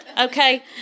Okay